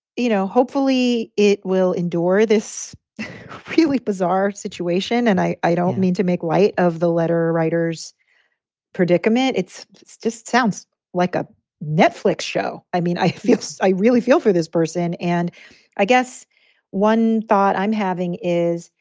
you know, hopefully it will endure this really bizarre situation, and i i don't mean to make light of the letter writers predicament. it's just sounds like a netflix show i mean, i. i really feel for this person. and i guess one thought i'm having is,